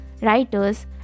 writers